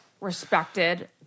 respected